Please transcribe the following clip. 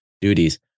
duties